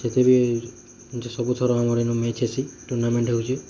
ଯେତେ ବି ସବୁଥର ଆମର ଏନୁ ମ୍ୟାଚ୍ ହେସି ଟୁର୍ଣ୍ଣାମେଣ୍ଟ ହଉଛି